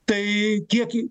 tai kiek į